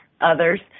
others